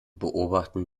beobachten